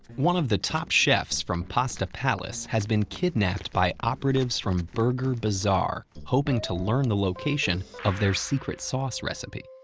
one of the top chefs from pasta palace has been kidnapped by operatives from burger bazaar hoping to learn the location of their secret sauce recipe.